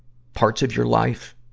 parts of your life,